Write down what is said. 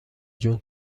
جون